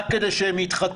רק כדי שהם יתחתנו?